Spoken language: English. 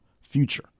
future